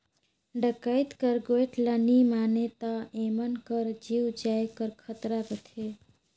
डकइत कर गोएठ ल नी मानें ता एमन कर जीव जाए कर खतरा रहथे